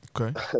Okay